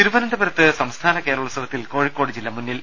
തിരുവന്തപുരത്ത് സംസ്ഥാന കേരളോത്സവത്തിൽ കോഴിക്കോട് ജില്ല മുന്നിൽ